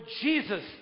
Jesus